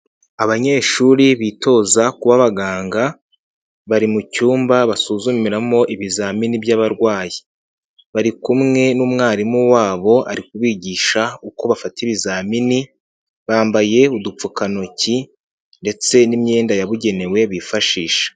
Abanyeshuri bitoza kuba abaganga, bari mu cyumba basuzumiramo ibizamini byabarwayi, bari kumwe n'umwarimu wabo ari kubigisha uko bafata ibizamini, bambaye udupfukantoki ndetse n'imyenda yabugenewe bifashisha.